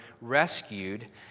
rescued